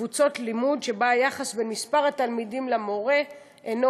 בקבוצת לימוד שבה היחס בין מספר התלמידים למורה אינו